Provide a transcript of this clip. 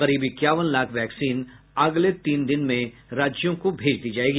करीब इक्यावन लाख वैक्सीन अगले तीन दिन में राज्यों को भेज दी जाएगी